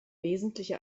wesentliche